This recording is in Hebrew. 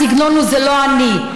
הסגנון הוא: זה לא אני.